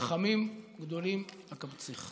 וברחמים גדלים אקבצך".